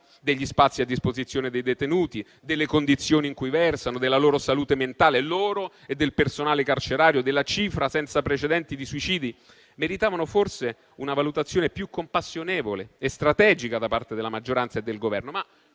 degli spazi a disposizione dei detenuti, delle condizioni in cui versano, della salute mentale loro e del personale carcerario, della cifra senza precedenti di suicidi, meritavano forse una valutazione più compassionevole e strategica da parte della maggioranza e del Governo;